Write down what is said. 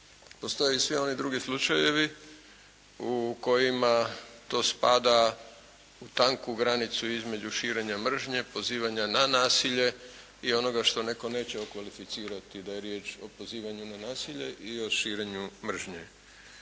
postoje svi oni drugi slučajevi u kojima to spada u tanku granicu između širenja mržnje, pozivanja na nasilje i onoga što netko neće okvalificirati da je riječ o pozivanju na nasilje i o širenju mržnje.